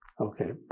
Okay